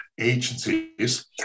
agencies